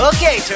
Okay